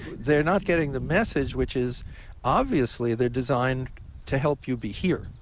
they're not getting the message which is obviously they're designed to help you be here.